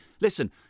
Listen